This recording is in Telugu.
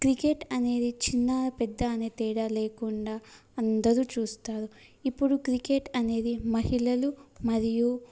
క్రికెట్ అనేది చిన్న పెద్ద అనే తేడా లేకుండా అందరు చూస్తారు ఇప్పుడు క్రికెట్ అనేది మహిళలు మరియు